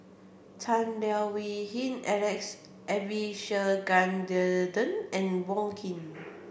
Tan Leo Wee Hin Alex Abisheganaden and Wong Keen